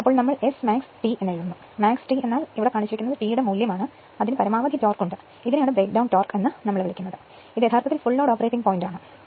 അതിനാൽ നമ്മൾ Smax T എഴുതുന്നു max T എന്നാൽ ഇത് T യുടെ മൂല്യമാണ് അതിന് പരമാവധി ടോർക്ക് ഉണ്ട് ഇതിനെ ബ്രേക്ക്ഡൌൺ ടോർക്ക് എന്ന് വിളിക്കുന്നു ഇത് യഥാർത്ഥത്തിൽ ഫുൾ ലോഡ് ഓപ്പറേറ്റിംഗ് പോയിന്റ് ആണ്